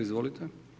Izvolite.